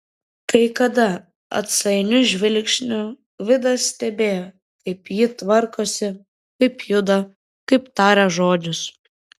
kai kada atsainiu žvilgsniu gvidas stebėjo kaip ji tvarkosi kaip juda kaip taria žodžius